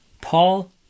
Paul